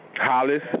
Hollis